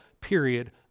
period